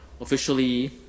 officially